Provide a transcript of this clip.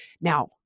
Now